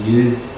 use